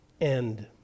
end